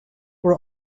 were